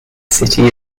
city